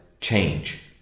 change